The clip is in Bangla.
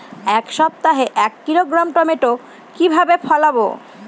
এক সপ্তাহে এক কিলোগ্রাম টমেটো কিভাবে ফলাবো?